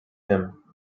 him